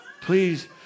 Please